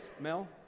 Mel